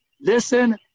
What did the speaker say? Listen